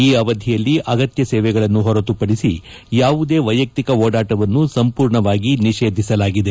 ಈ ಅವಧಿಯಲ್ಲಿ ಅಗತ್ಯ ಸೇವೆಗಳನ್ನು ಹೊರತುಪಡಿಸಿ ಯಾವುದೇ ವೈಯಕ್ತಿಕ ಓಡಾಟವನ್ನು ಸಂಪೂರ್ಣವಾಗಿ ನಿಷೇಧಿಸಲಾಗಿದೆ